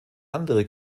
andere